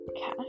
Cash